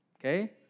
okay